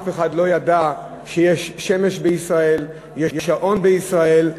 אף אחד לא ידע שיש שמש בישראל, יש שעון בישראל,